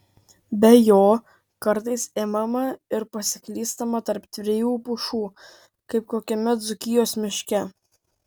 be jo kartais imama ir pasiklystama tarp trijų pušų kaip kokiame dzūkijos miške